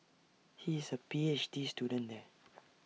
he is A P H D student there